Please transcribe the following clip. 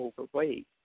overweight